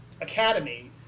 Academy